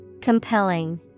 Compelling